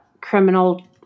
criminal